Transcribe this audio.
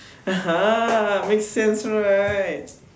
(uh huh) makes sense right